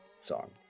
song